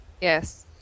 Yes